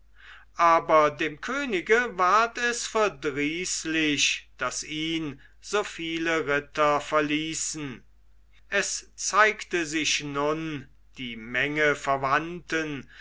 aber dem könige ward es verdrießlich daß ihn so viele ritter verließen es zeigte sich nun die menge verwandten